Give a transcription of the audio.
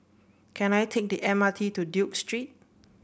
can I take the M R T to Duke Street